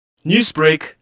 Newsbreak